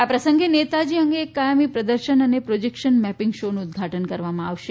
આ પ્રસંગે નેતાજી અંગે એક કાયમી પ્રદર્શન અને પ્રોજેક્શન મેપિંગ શોનું ઉદઘાટન કરવામાં આવશે